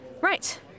Right